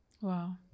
Wow